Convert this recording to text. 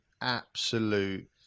absolute